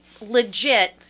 legit